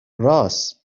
راس